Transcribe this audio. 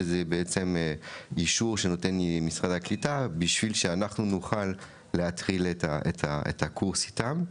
שזה אישור שנותן משרד הקליטה בשביל שאנחנו נוכל להתחיל את הקורס איתם.